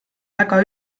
väga